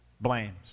blames